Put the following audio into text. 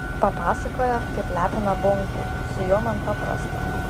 papasakojo kaip lepina bunkų su juo man paprasta